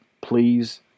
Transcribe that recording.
please